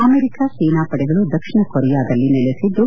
America ಸೇನಾಪಡೆಗಳು ದಕ್ಷಿಣ ಕೊರಿಯಾದಲ್ಲಿ ನೆಲೆಬಿದ್ದು